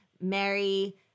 Mary